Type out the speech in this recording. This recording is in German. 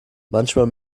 manchmal